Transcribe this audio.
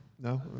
No